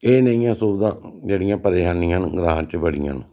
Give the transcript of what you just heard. एह् नेहियां सुविधां जेह्ड़ियां परेशानियां न ग्रांऽ च बड़ियां न